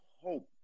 hope